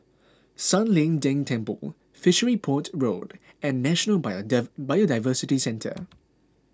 San Lian Deng Temple Fishery Port Road and National Biodiversity Centre